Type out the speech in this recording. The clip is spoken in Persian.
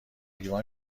لیوان